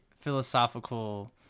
philosophical